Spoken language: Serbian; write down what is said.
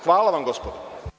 Hvala vam gospodo.